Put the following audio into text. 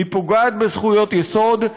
היא פוגעת בזכויות יסוד,